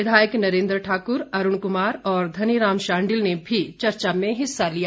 विधायक नरेन्द्र ठाकुर अरूण कुमार और धनीराम शांडिल ने भी चर्चा में हिस्सा लिया